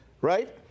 right